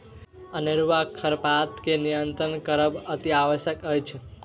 अनेरूआ खरपात के नियंत्रण करब अतिआवश्यक अछि